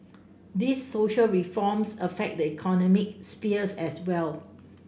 these social reforms affect the economic spheres as well